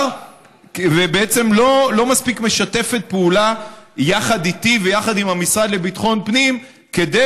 ובעצם לא מספיק משתפת פעולה איתי ועם המשרד לביטחון פנים כדי